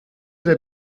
der